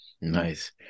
Nice